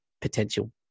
potential